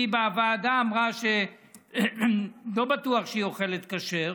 היא בוועדה אמרה שלא בטוח שהיא אוכלת כשר.